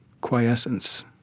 quiescence